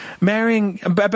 marrying